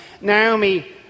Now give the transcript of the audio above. Naomi